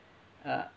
uh